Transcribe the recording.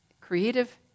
creative